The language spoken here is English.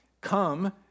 come